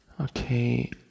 Okay